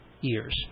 years